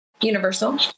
Universal